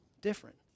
different